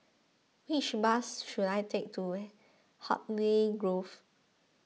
which bus should I take to Hartley Grove